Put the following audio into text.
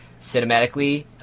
cinematically